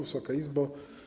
Wysoka Izbo!